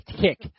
kick